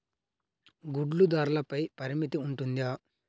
గుడ్లు ధరల పై పరిమితి ఉంటుందా?